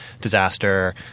disaster